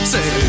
Say